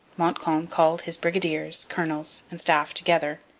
montcalm called his brigadiers, colonels, and staff together,